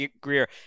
Greer